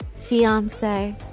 Fiance